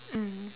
mm